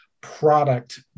product